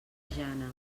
jana